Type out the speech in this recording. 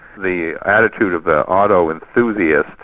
the attitude of the auto enthusiast,